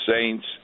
saints